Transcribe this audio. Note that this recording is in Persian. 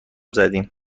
زدیم